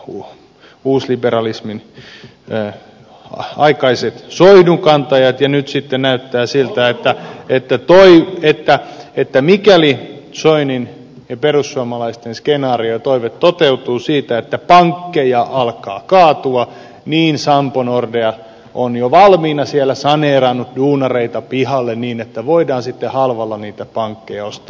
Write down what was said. kuu perussuomalaisten innoittajia ovat uusliberalisminaikaiset soihdunkantajat ja nyt sitten näyttää siltä että mikäli soinin ja perussuomalaisten skenaario ja toive toteutuu siitä että pankkeja alkaa kaatua niin sampo ja nordea ovat jo valmiiksi siellä saneeranneet duunareita pihalle niin että voidaan sitten halvalla niitä pankkeja ostaa